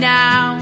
now